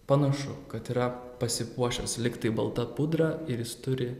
panašu kad yra pasipuošęs lyg tai balta pudra ir jis turi